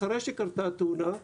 אחרי שקרתה התאונה,